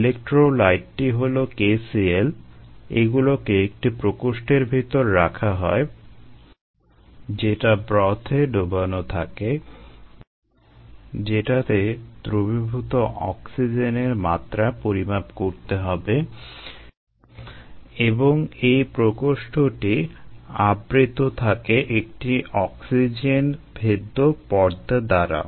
ইলেক্ট্রোলাইটটি হলো KCl এগুলোকে একটি প্রকোষ্ঠের ভিতর রাখা হয় যেটা ব্রথে ডোবানো থাকে যেটাতে দ্রবীভূত অক্সিজেনের মাত্রা পরিমাপ করতে হবে এবং এই প্রকোষ্ঠটি আবৃত থাকে একটি অক্সিজেন ভেদ্য পর্দা দ্বারা